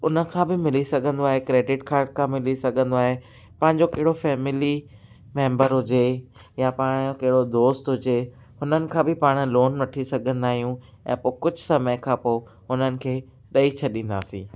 उन खां बि मिली सघंदो आहे क्रेडिट कार्ड खां मिली सघंदो आहे पंहिंजो कहिड़ो फैमिली मैंबर हुजे या पाण कहिड़ो दोस्त हुजे उन्हनि खां बि पाण लोन वठी सघंदा आहियूं ऐं पोइ कुझु समय खां पोइ उन्हनि खे ॾेई छॾींदासीं